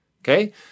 Okay